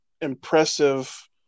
impressive